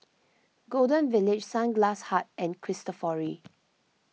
Golden Village Sunglass Hut and Cristofori